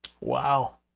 Wow